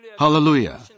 Hallelujah